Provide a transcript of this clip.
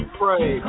pray